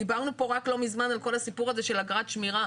דיברנו פה רק לא מזמן על כל הסיפור הזה של אגרת שמירה,